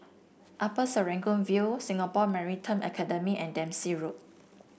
Upper Serangoon View Singapore Maritime Academy and Dempsey Road